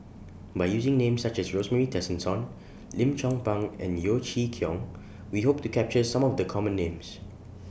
By using Names such as Rosemary Tessensohn Lim Chong Pang and Yeo Chee Kiong We Hope to capture Some of The Common Names